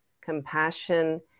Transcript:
compassion